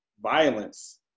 violence